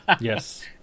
yes